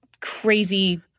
crazy